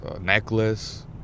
Necklace